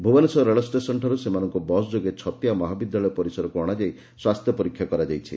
ଭୁବନେଶ୍ୱର ରେଳ ଷେସନ୍ଠାରୁ ସେମାନଙ୍ଙୁ ବସ ଯୋଗେ ଛତିଆ ମହାବିଦ୍ୟାଳୟ ପରିସରକୁ ଅଶାଯାଇ ସ୍ୱାସ୍ଥ୍ୟ ପରୀକ୍ଷା କରାଯାଇଛି